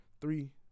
Three